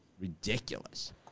ridiculous